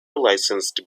licensed